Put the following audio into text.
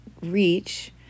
reach